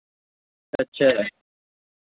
अच्छा